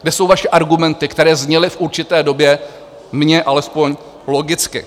Kde jsou vaše argumenty, které zněly v určité době mně alespoň logicky?